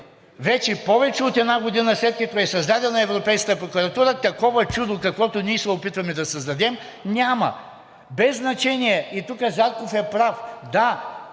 вече повече от една година, след като е създадена Европейската прокуратура, такова чудо, каквото ние се опитваме да създадем, няма. Без значение, и тук Зарков е прав, да,